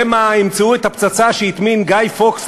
שמא ימצאו את הפצצה שהטמין גאי פוקס,